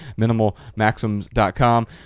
minimalmaxims.com